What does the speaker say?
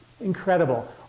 incredible